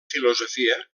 filosofia